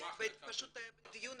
בוודאי.